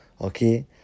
okay